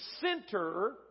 center